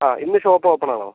ആ ഇന്ന് ഷോപ്പ് ഓപ്പണാണോ